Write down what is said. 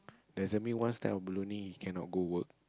doesn't mean one stamp of ballooning he cannot go work